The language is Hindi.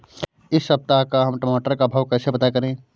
इस सप्ताह का हम टमाटर का भाव कैसे पता करें?